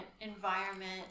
environment